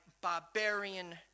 barbarian